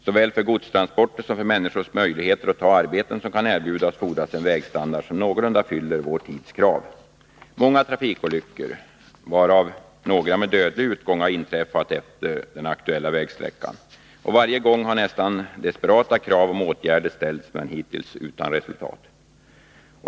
Såväl för godstransporter som för människors möjligheter att ta arbeten som kan erbjudas fordras en vägstandard som någorlunda fyller vår tids krav. Många trafikolyckor, några med dödlig utgång, har inträffat efter den aktuella vägsträckan. Varje gång har nästan desperata krav på åtgärder ställts men hittills utan resultat.